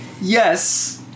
yes